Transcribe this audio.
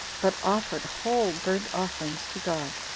but offered whole burnt-offerings to god,